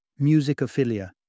musicophilia